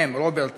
הם רוברט אילטוב,